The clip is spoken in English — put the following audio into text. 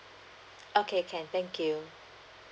okay can thank you